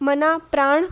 माना प्राण